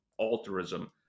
altruism